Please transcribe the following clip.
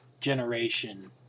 generation